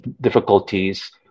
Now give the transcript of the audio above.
difficulties